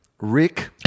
Rick